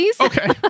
Okay